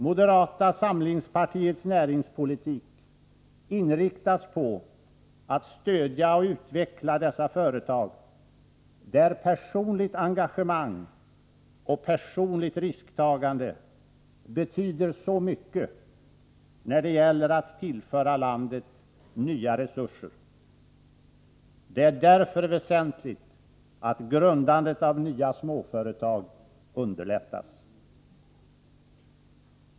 Moderata samlingspartiets näringspolitik inriktas på att stödja och utveckla dessa företag, där personligt engagemang och personligt risktagande betyder så mycket när det gäller att tillföra landet nya resurser. Det är därför väsentligt att man underlättar grundandet av nya småföretag.